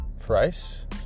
price